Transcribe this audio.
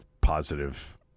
positive